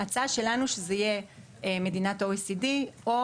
ההצעה שלנו היא שזה יהיה במדינת OECD או